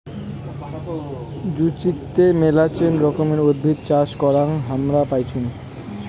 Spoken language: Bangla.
জুচিকতে মেলাছেন রকমের উদ্ভিদ চাষ করাং হামরা পাইচুঙ